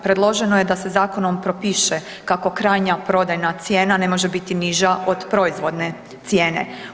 Predloženo je da se zakonom propiše kako krajnja prodajna cijena ne može biti niža od proizvodne cijene.